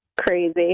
crazy